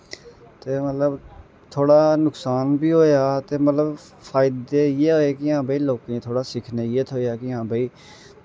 ते मतलब थोह्ड़ा नकसान बी होएआ ते मतलब फायदे इ'यै होए कि हां भाई लोकें गी थोह्ड़ा सिक्खने गी एह् थ्होएआ कि हां भाई